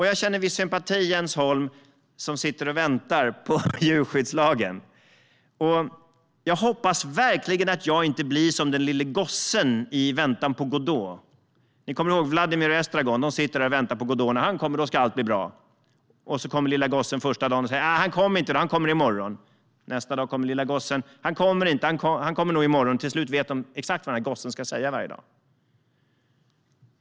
Jag känner viss sympati för Jens Holm, som sitter och väntar på djurskyddslagen. Jag hoppas verkligen att jag inte blir som den lille gossen i I väntan på Godot . Ni kommer ihåg att Vladimir och Estragon sitter och väntar på Godot - när han kommer ska allt bli bra. Så kommer den lille gossen första dagen och säger: Nej, han kommer inte i dag, han kommer i morgon. Nästa dag kommer lille gossen och säger: Han kommer inte, han kommer nog i morgon. Till slut vet de exakt vad gossen ska säga varje dag.